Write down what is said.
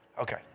Okay